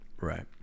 Right